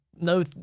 no